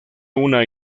una